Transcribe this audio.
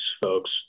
folks